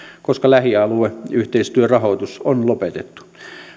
koska lähialueyhteistyörahoitus on lopetettu